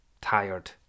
tired